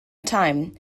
time